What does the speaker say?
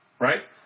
Right